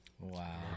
Wow